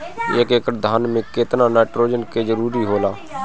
एक एकड़ धान मे केतना नाइट्रोजन के जरूरी होला?